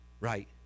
Right